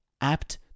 apt